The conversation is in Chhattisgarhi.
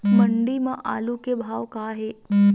मंडी म आलू के का भाव हे?